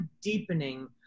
deepening